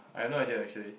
I have no idea actually